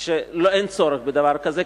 שאין צורך בדבר כזה,